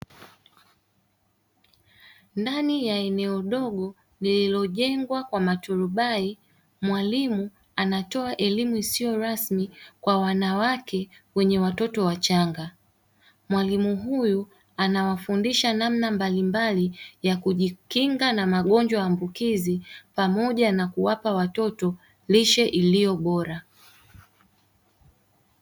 Ndani ya eneo dogo lililojengwa kwa maturubai mwalimu anatoa elimu isiyo rasmi kwa wanawake wenye watoto wachanga, mwalimu huyu anawafundisha namna mbalimbali ya kujikinga na magonjwa ambukizi pamoja na kuwapa watoto lishe iliyo bora.